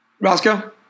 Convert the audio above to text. Roscoe